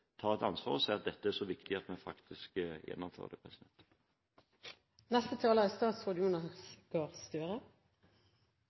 et ansvar og sier at dette er så viktig at man vil gjennomføre det.